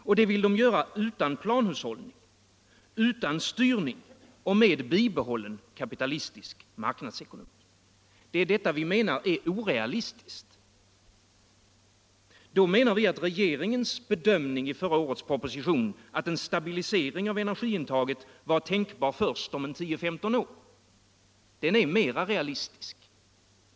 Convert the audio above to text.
Och det vill man göra utan planhushållning och utan styrning och med bibehållen kapitalistisk marknadsekonomi. Det är detta vi anser vara orealistiskt. Vi anser att regeringens bedömning i förra årets proposition att en stabilisering av energiintaget är tänkbar först om 10 å 15 år är mer realistisk.